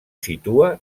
situa